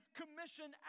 commission